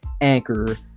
Anchor